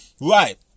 Right